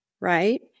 right